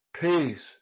Peace